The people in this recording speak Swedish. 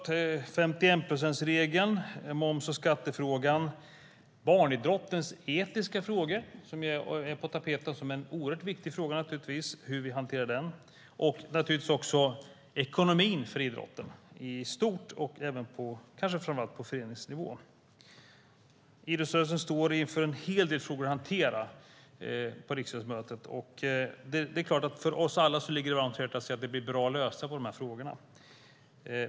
Det gäller 51-procentsregeln, moms och skattefrågan och barnidrottens etiska frågor. De är på tapeten. Det är naturligtvis oerhört viktigt hur vi hanterar dem. Det gäller också ekonomin för idrotten i stort och framför allt på föreningsnivå. Idrottsrörelsen står inför en hel del frågor att hantera på riksidrottsmötet. Det ligger oss alla varmt om hjärtat att se till att det blir bra lösningar på de frågorna.